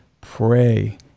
pray